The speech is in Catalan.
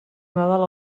nadal